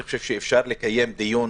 אני חושב שאפשר לקיים דיון